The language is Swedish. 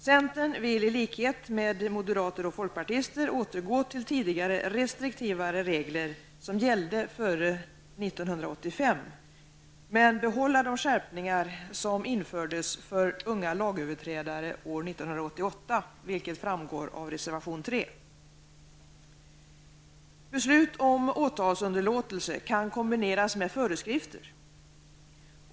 Centern vill, i likhet med moderater och folkpartister, återgå till tidigare restriktivare regler som gällde före 1985, men behålla de skärpningar som infördes för unga lagöverträdare år 1988, vilket framgår av reservation 3. Beslut om åtalsunderlåtelse kan kombineras med föreskrifter.